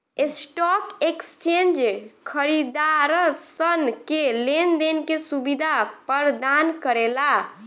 stock exchange खरीदारसन के लेन देन के सुबिधा परदान करेला